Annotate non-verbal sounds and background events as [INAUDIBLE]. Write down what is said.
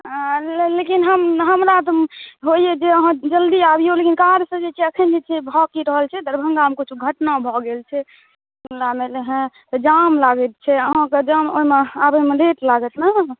लेकिन हम हमरा तऽ होइए जे अहाँ जल्दी आबियौ लेकिन कारसँ जे छै एखन भऽ की रहल छै दरभङ्गामे किछो घटना भऽ गेल छै [UNINTELLIGIBLE] तऽ जाम लागै छै अहाँके जाम ओहिमे आबैमे लेट लागत ने